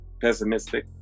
pessimistic